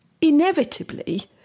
inevitably